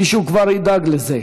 מישהו כבר ידאג לזה,